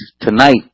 tonight